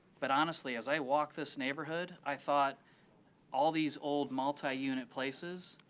but honestly, as i walk this neighborhood, i thought all these old multi-unit places,